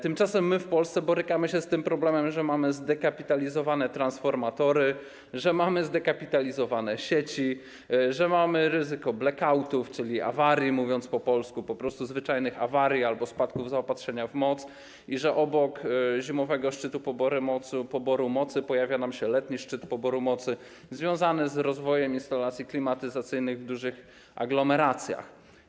Tymczasem my w Polsce borykamy się z takim problemem, że mamy zdekapitalizowane transformatory, że mamy zdekapitalizowane sieci, że mamy ryzyko blackoutów, czyli awarii, mówiąc po polsku, po prostu zwyczajnych awarii albo spadków zaopatrzenia w moc, i że obok zimowego szczytu poboru mocy pojawia się letni szczyt poboru mocy związany z rozwojem instalacji klimatyzacyjnych w dużych aglomeracjach.